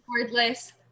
Wordless